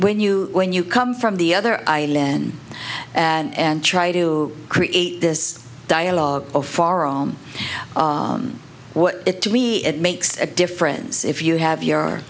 when you when you come from the other island and try to create this dialogue or forum it to me it makes a difference if you have your